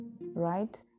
right